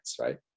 Right